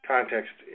Context